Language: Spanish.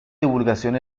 divulgación